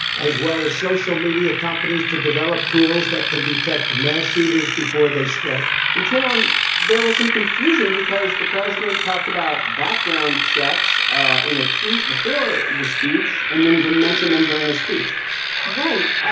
as well as social media companies to develop tools that can detect mass shooters before they strike and, tam, there was some confusion because the president talked about background checks ah in a tweet before the speech and then didn't mention them during his speech right,